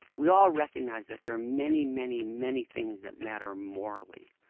we all recognise that there are many, many many things that matter morally.